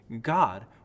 God